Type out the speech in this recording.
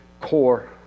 core